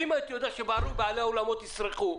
ואם הייתי יודע שבעלי האולמות יסרחו,